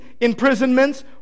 imprisonments